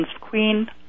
queen